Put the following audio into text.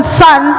son